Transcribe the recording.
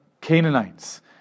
Canaanites